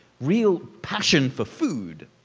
real passion for food.